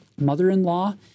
mother-in-law